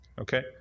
okay